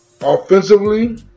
offensively